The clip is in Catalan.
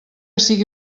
sigui